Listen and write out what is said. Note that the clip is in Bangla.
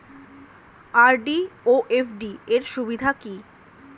আর.ডি ও এফ.ডি র সুবিধা কি?